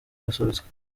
yasubitswe